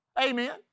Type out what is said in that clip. Amen